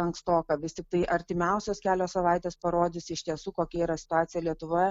ankstoka vis tiktai artimiausios kelios savaitės parodys iš tiesų kokia yra situacija lietuvoje